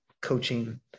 coaching